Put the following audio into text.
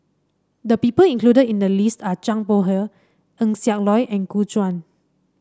the people included in the list are Zhang Bohe Eng Siak Loy and Gu Juan